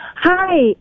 Hi